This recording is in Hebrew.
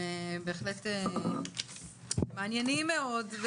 הם בהחלט מעניינים מאוד.